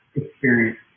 experience